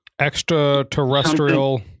Extraterrestrial